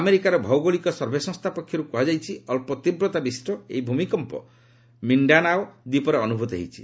ଆମେରିକାର ଭୌଗୋଳିକ ସର୍ଭେ ସଂସ୍ଥା ପକ୍ଷରୁ କୁହାଯାଇଛି ଅଳ୍ପ ତୀବ୍ରତା ବିଶିଷ୍ଟ ଏହି ଭୂମିକମ୍ପ ମିଣ୍ଡାନାଓ ଦୀପରେ ଅନୁଭୂତ ହୋଇଛି